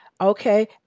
Okay